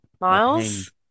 miles